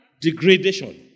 degradation